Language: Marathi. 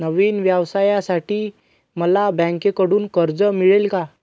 नवीन व्यवसायासाठी मला बँकेकडून कर्ज मिळेल का?